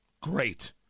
Great